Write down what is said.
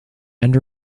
and